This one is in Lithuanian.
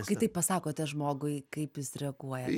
kai taip pasakote žmogui kaip jis reaguoja